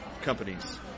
companies